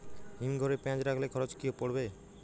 হিম ঘরে পেঁয়াজ রাখলে খরচ কি পড়বে?